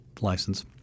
license